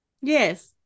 Yes